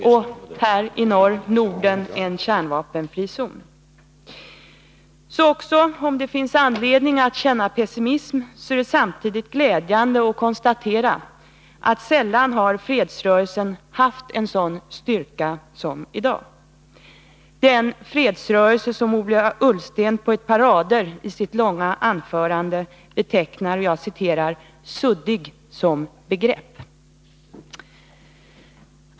Och här i norr: Norden en kärnvapenfri zon! Också om det finns anledning att känna pessimism, är det samtidigt glädjande att konstatera att sällan har fredsrörelsen haft en sådan styrka som idag— den fredsrörelse som Ola Ullsten på ett par rader i sitt långa anförande betecknar som ”suddig som begrepp”.